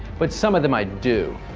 but some of them, i do.